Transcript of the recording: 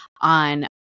on